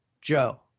Joe